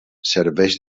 serveix